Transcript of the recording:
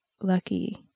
lucky